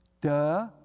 duh